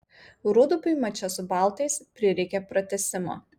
rūdupiui mače su baltais prireikė pratęsimo